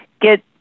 get